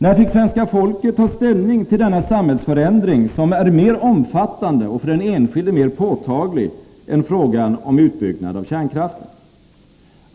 När fick svenska folket ta ställning till denna samhällsförändring som är mer omfattande och för den enskilde mer påtaglig än frågan om utbyggnad av kärnkraften?